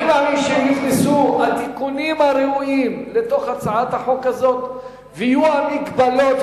אני מאמין שאם יוכנסו התיקונים הראויים להצעת החוק הזאת ויהיו ההגבלות,